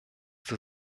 der